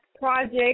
project